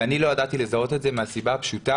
אני לא ידעתי לזהות את זה מהסיבה הפשוטה